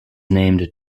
named